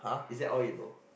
is that all you know